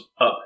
up